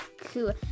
cool